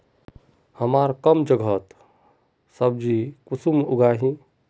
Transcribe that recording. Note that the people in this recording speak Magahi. हमार कम जगहत सब्जी कुंसम उगाही?